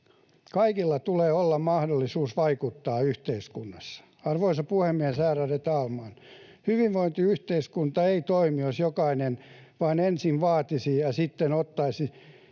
Kaikilla tulee olla mahdollisuus vaikuttaa yhteiskunnassa. Arvoisa puhemies, ärade talman! Hyvinvointiyhteiskunta ei toimisi, jos jokainen vain ensin vaatisi ja sitten ottaisi